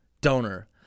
donor